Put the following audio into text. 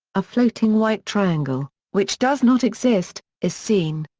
a floating white triangle, which does not exist, is seen.